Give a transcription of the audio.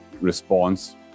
response